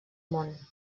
món